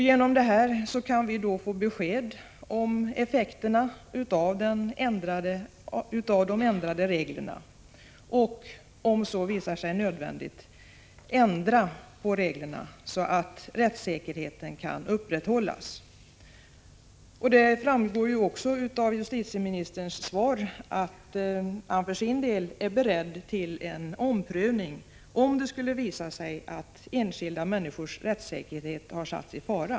Genom detta kan vi få besked om effekterna av de ändrade reglerna och, om så visar sig nödvändigt, ändra på reglerna, så att rättssäkerheten kan upprätthållas. Det framgår också av justitieministerns svar att han för sin del är beredd till en omprövning, om det skulle visa sig att enskilda människors rättssäkerhet har satts i fara.